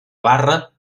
barra